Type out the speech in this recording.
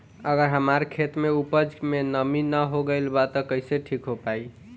अगर हमार खेत में उपज में नमी न हो गइल बा त कइसे ठीक हो पाई?